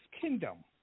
kingdom